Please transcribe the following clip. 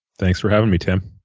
thanks for having me, tim.